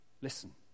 listen